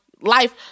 life